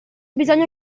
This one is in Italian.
bisogno